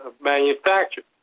manufactured